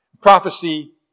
prophecy